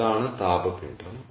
ഇതാണ് താപ പിണ്ഡം